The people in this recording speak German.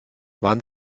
wann